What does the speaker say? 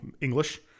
English